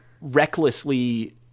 recklessly